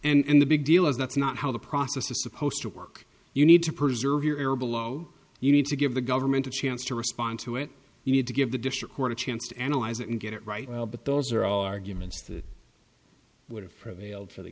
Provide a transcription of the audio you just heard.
deal and the big deal is that's not how the process is supposed to work you need to preserve your air below you need to give the government a chance to respond to it you need to give the district court of chance to analyze it and get it right but those are all arguments that would have prevailed for the